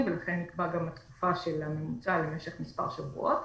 ולכן נקבע גם התקופה של הממוצע למשך מספר שבועות.